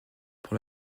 pour